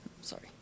Sorry